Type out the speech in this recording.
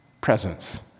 presence